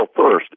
first